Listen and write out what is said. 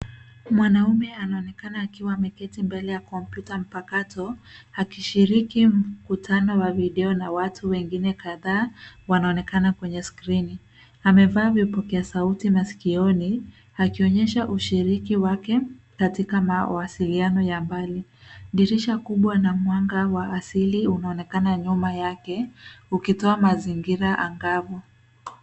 Mwanaume anaonekana akiwa ameketi mbele ya kompyuta mpakato, akishiriki mkutano wa video na watu wengine kadhaa wanaoonekana kwenye skrini. Amevaa vipokea sauti masikioni, akionyesha ushiriki wake katika mawasiliano ya mbali. Dirisha kubwa na mwanga wa asili unaonekana nyuma yake, ukitowa mazingira angavu.